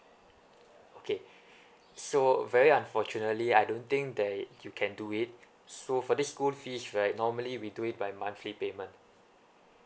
okay so very unfortunately I don't think that it you can do it so for this school fees right normally we do it by monthly payment